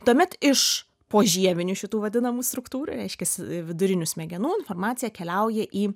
tuomet iš požievinių šitų vadinamų struktūrų reiškiasi vidurinių smegenų informacija keliauja į